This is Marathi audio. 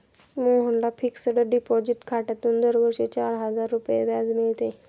मोहनला फिक्सड डिपॉझिट खात्यातून दरवर्षी चार हजार रुपये व्याज मिळते